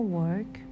work